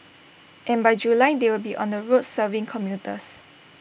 and by July they will be on the roads serving commuters